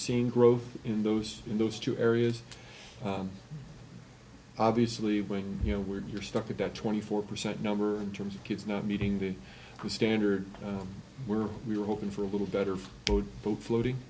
seeing growth in those in those two areas obviously going you know where you're stuck at that twenty four percent number in terms of kids not meeting the standard we're we're hoping for a little better for both floating